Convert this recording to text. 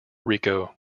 rico